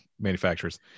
manufacturers